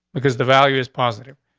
because the value is positive.